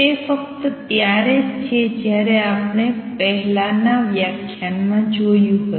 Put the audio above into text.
તે ફક્ત ત્યારે જ છે જે આપણે પહેલાના વ્યાખ્યાનમાં જોયું હતું